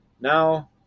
Now